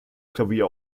klavier